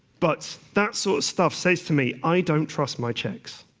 but that so stuff says to me i don't trust my checks,